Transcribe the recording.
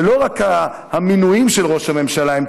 שלא רק המינויים של ראש הממשלה הם